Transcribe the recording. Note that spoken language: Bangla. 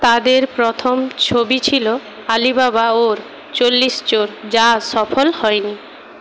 তাদের প্রথম ছবি ছিল আলিবাবা অওর চল্লিশ চোর যা সফল হয়নি